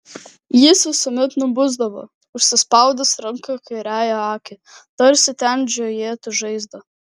jis visuomet nubusdavo užsispaudęs ranka kairiąją akį tarsi ten žiojėtų žaizda